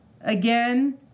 again